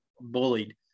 bullied